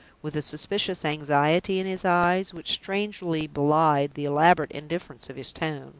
with a suspicious anxiety in his eyes, which strangely belied the elaborate indifference of his tone.